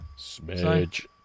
Smidge